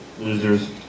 losers